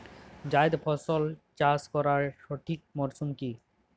জায়েদ ফসল চাষ করার সঠিক মরশুম কি?